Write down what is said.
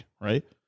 right